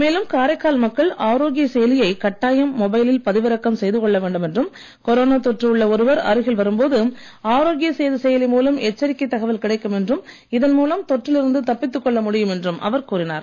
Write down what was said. மேலும் காரைக்கால் மக்கள் ஆரோக்கிய செயலியை கட்டாயம் மொபைலில் பதிவிறக்கம் செய்து கொள்ள வேண்டும் என்றும் கொரோனா தொற்று உள்ள ஒருவர் அருகில் வரும்போது ஆரோக்கிய சேது செயலி மூலம் எச்சரிக்கை தகவல் கிடைக்கும் என்றும் இதன் மூலம் தொற்றில் இருந்து தப்பித்துக் கொள்ள முடியும் என்றும் அவர் கூறினார்